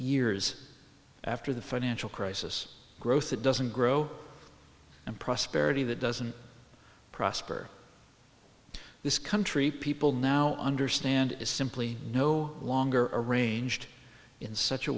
years after the financial crisis growth that doesn't grow and prosperity that doesn't prosper this country people now understand is simply no longer arranged in such a